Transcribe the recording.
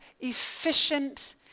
efficient